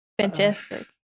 Fantastic